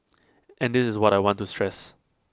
and this is what I want to stress